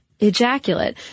Ejaculate